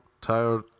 tired